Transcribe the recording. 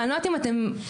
אני לא יודעת אם אתם יודעים,